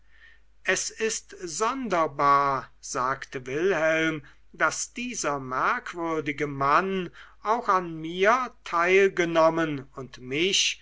es ist sonderbar sagte wilhelm daß dieser merkwürdige mann auch an mir teilgenommen und mich